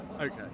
Okay